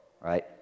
Right